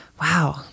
Wow